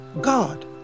God